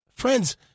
Friends